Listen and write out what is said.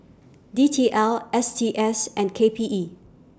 D T L S T S and K P E